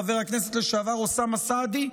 חבר הכנסת לשעבר אוסאמה סעדי.